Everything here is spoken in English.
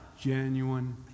genuine